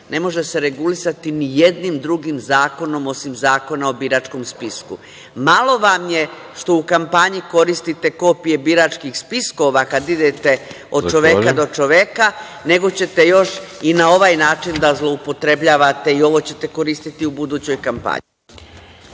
ne može se regulisati nijednim drugim zakonom osim Zakona o biračkom spisku. Malo vam je što u kampanji koristite kopije biračkih spiskova kada idete od čoveka do čoveka, nego ćete još i na ovaj način da zloupotrebljavate i ovo ćete koristiti u budućoj kampanji.